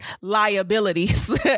liabilities